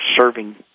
serving